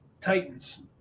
Titans